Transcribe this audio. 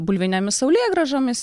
bulvinėmis saulėgrąžomis